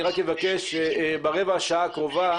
אני מבקש ברבע השעה הקרובה